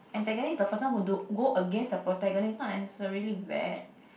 antagonist is the person who do go against the protagonist not necessarily bad